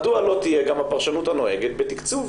מדוע לא תהיה גם הפרשנות הנוהגת בתקצוב?